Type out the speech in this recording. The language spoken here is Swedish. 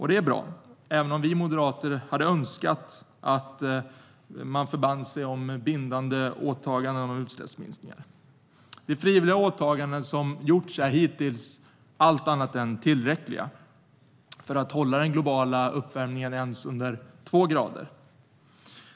Det är bra, även om vi moderater hade önskat se bindande åtaganden om utsläppsminskningar. De frivilliga åtaganden som hittills gjorts är allt annat än tillräckliga för att hålla den globala uppvärmningen ens under två grader.